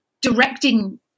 directing